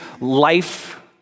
life